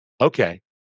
Okay